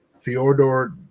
Fyodor